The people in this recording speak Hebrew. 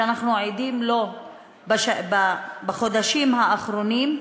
שאנחנו עדים לה בחודשים האחרונים?